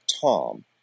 Tom